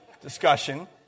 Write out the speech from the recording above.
discussion